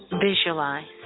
visualize